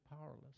powerless